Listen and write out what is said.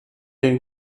den